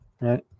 right